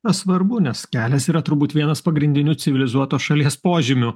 na svarbu nes kelias yra turbūt vienas pagrindinių civilizuotos šalies požymių